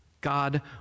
God